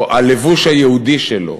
או הלבוש היהודי שלו.